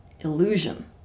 illusion